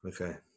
Okay